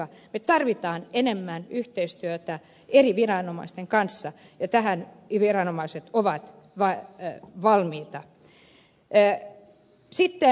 me tarvitsemme enemmän yhteistyötä eri viranomaisten kanssa ja tähän viranomaiset ovat valmiita